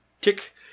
Tick